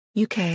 UK